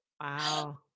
Wow